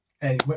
hey